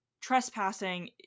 trespassing